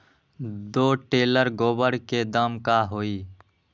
दो टेलर गोबर के दाम का होई?